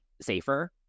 safer